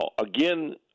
again